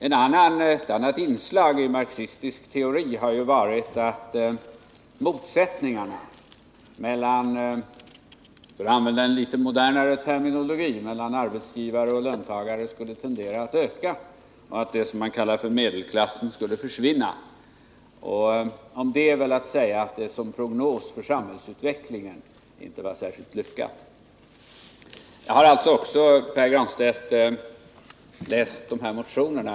Ett annat inslag i marxistisk teori har varit att motsättningarna mellan — för att använda en litet modernare terminologi — arbetsgivare och löntagare skulle tendera att öka och att det som man kallar för medelklassen skulle försvinna. Om det är väl att säga att det som prognos för samhällsutvecklingen inte var särskilt lyckat. Jag har, Pär Granstedt, läst motionerna.